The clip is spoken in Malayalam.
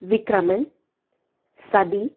വിക്രമൻ സധി